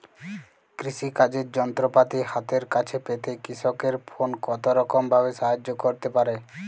কৃষিকাজের যন্ত্রপাতি হাতের কাছে পেতে কৃষকের ফোন কত রকম ভাবে সাহায্য করতে পারে?